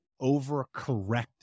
overcorrected